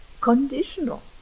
conditional